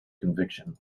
conviction